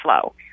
flow